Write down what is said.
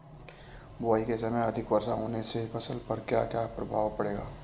बुआई के समय अधिक वर्षा होने से फसल पर क्या क्या प्रभाव पड़ेगा?